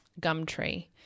Gumtree